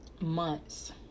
months